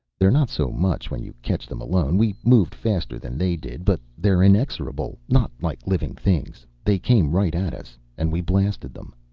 they're not so much when you catch them alone. we moved faster than they did. but they're inexorable. not like living things. they came right at us. and we blasted them.